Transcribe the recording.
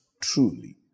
truly